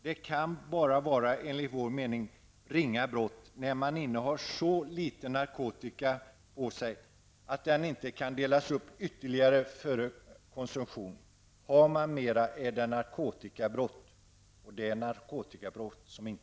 Det kan enligt vår mening vara ringa brott bara när man har så litet narkotika på sig att den inte kan delas upp ytterligare för konsumtion. Innehar man mera, skall det anses vara icke ringa narkotikabrott.